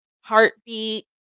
heartbeat